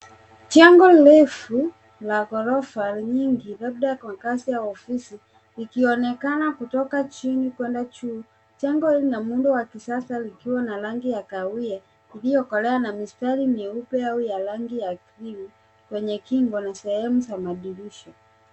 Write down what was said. Jengo refu la ghorofa nyingi labda kwa kazi au ofisi ikionekana kutoka chini kuenda juu. Jengo hili lina muundo wa kisasa likiwa na rangi ya kahawia iliyokolea na mistari myeupe au ya rangi ya krimu kwenye kingo na sehemu za madirisha.